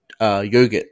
yogurt